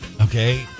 Okay